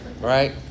Right